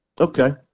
Okay